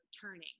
turning